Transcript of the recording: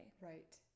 right